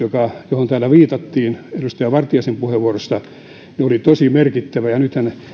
johon täällä viitattiin edustaja vartiaisen puheenvuorossa oli tosi merkittävä nythän